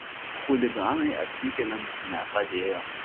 chuliganai atvykėliams nepadėjo